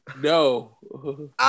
no